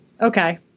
Okay